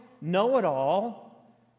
know-it-all